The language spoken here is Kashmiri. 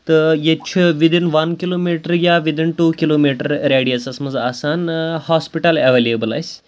تہٕ ییٚتہِ چھُ وِدِن وَن کِلوٗ میٖٹر یا وِدِن ٹوٗ کِلوٗ میٖٹر ریڈیَسَس منٛز آسان ہاسپِٹَل اٮ۪ویلیبٕل اَسہِ